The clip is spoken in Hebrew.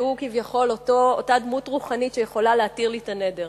שהוא כביכול אותה דמות רוחנית שיכולה להתיר לי את הנדר,